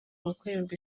gukorerwa